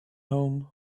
home